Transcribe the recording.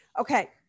Okay